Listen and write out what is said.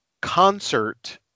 concert